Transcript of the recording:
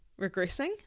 Regressing